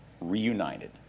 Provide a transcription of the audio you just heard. reunited